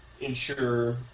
ensure